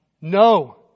No